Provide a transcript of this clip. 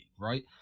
right